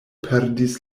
perdis